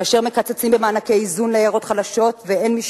כאשר מקצצים במענקי איזון לעיירות חלשות ואין מי